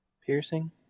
Piercing